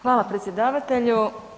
Hvala, predsjedavatelju.